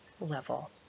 level